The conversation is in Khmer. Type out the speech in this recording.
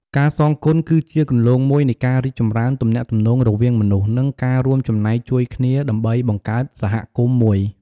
ការសងគុណគឺជាគន្លងមួយនៃការរីកចម្រើនទំនាក់ទំនងរវាងមនុស្ស និងការរួមចំណែកជួយគ្នាដើម្បីបង្កើតសហគមន៍មួយ។